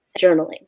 journaling